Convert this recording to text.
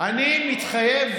אני מתחייב,